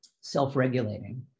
self-regulating